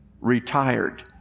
retired